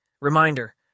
Reminder